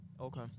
Okay